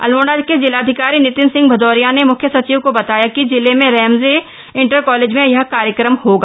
अल्मोड़ा के जिलाधिकारी नितिन सिंह भदौरिया ने मुख्य सचिव को बताया कि जिले में रैमजे इण्टर कालेज में यह कार्यक्रम होगा